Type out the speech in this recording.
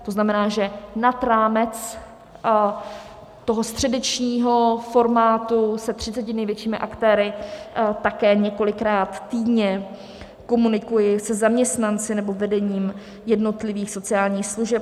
To znamená, že nad rámec toho středečního formátu se třiceti největšími aktéry také několikrát týdně komunikuji se zaměstnanci nebo vedením jednotlivých sociálních služeb.